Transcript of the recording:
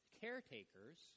caretakers